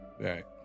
Right